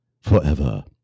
forever